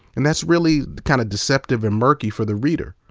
and that's really kind of deceptive and murky for the reader.